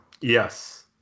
Yes